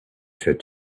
said